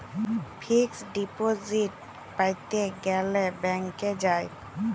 fixed deposit প্যাতে গ্যালে ব্যাংকে যায়